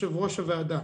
יושבת ראש הוועדה,